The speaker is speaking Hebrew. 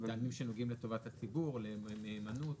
כל מיני עניינים שנוגעים לטובת הציבור, למהימנות.